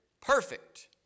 perfect